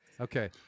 Okay